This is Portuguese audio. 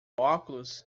óculos